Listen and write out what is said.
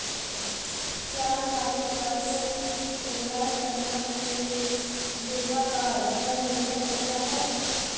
क्या खाते का संचित्र तैयार करना लेखाकार पर निर्भर करता है?